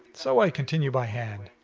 so i continue by hand.